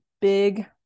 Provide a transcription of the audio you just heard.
big